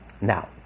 Now